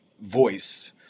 voice